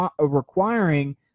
requiring